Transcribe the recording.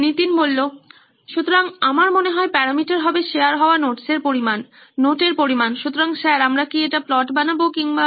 নীতিন সুতরাং আমার মনে হয় প্যারামিটার হবে শেয়ার হওয়া নোটসের পরিমাণ নোট এর মোট পরিমাণ সুতরাং স্যার আমরা কি এটা প্লট বানাবো কিংবা